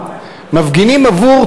מפגינים עבור מה?